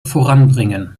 voranbringen